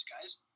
guys